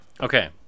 Okay